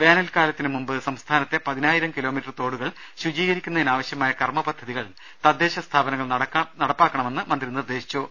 വേനൽകാലത്തിന് മുമ്പ് സംസ്ഥാനത്തെ പതിനായിരം കിലോമീറ്റർ തോടുകൾ ശുചീ കരിക്കുന്നതിനാവശ്യമായ കർമ്മ പദ്ധതികൾ തദ്ദേശ സ്ഥാപനങ്ങൾ നടപ്പാക്കണമെന്നും മന്ത്രി നിർദേശിച്ചു